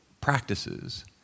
practices